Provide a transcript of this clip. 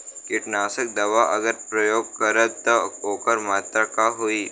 कीटनाशक दवा अगर प्रयोग करब त ओकर मात्रा का होई?